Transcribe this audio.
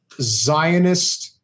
Zionist